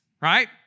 right